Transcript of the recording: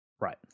Right